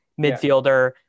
midfielder